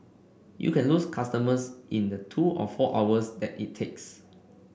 you can lose customers in the two or four hours that it takes